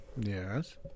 Yes